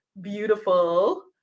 beautiful